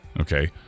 okay